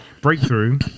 breakthrough